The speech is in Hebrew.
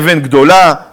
אבן גדולה,